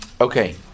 Okay